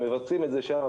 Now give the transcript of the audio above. הם מבצעים את זה שם,